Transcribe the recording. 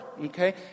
okay